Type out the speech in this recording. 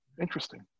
interesting